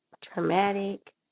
traumatic